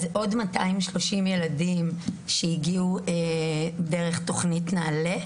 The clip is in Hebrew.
אם כן, עוד 230 ילדים שהגיעו דרך תכנית נעל"ה.